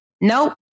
nope